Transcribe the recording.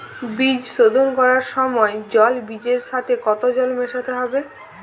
বীজ শোধন করার সময় জল বীজের সাথে কতো জল মেশাতে হবে?